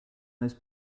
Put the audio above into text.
most